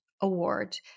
award